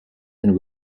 and